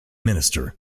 minister